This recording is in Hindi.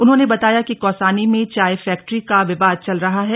उन्होंने बताया कि कौसानी में चाय फैक्ट्री का विवाद चल रहा है